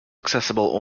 accessible